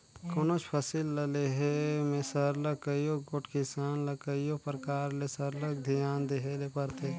कोनोच फसिल ल लेहे में सरलग कइयो गोट किसान ल कइयो परकार ले सरलग धियान देहे ले परथे